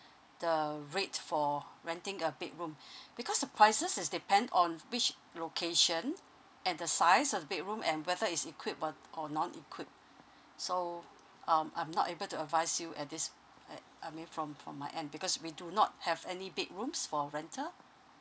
the rate for renting a bedroom because the prices is depend on which location and the size of the bedroom and whether it's equipped but or non equipped so um I'm not able to advise you at this I I mean from from my end because we do not have any bedrooms for rental